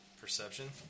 Perception